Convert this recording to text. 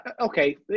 okay